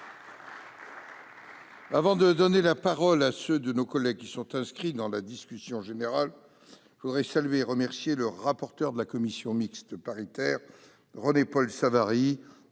Avant de donner la parole à ceux de nos collègues qui sont inscrits dans la discussion générale, je voudrais saluer et remercier le rapporteur de la commission mixte paritaire, René-Paul Savary,